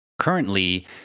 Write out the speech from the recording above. currently